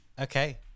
Okay